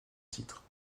titre